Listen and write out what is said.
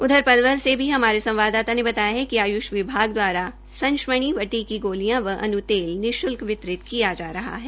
उधर पलवल से भी हमारे संवाददाता ने बताया कि आयुष विभाग द्वारा संश मणि बटी की गोलियां व अन् तेल निश्ल्क वितरित किया जा रहा है